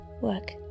work